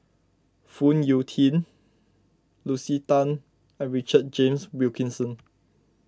Phoon Yew Tien Lucy Tan and Richard James Wilkinson